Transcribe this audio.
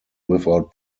without